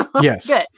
Yes